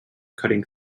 cutting